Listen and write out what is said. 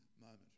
moment